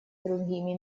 другими